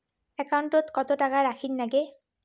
একাউন্টত কত টাকা রাখীর নাগে?